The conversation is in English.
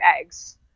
eggs